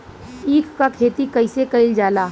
ईख क खेती कइसे कइल जाला?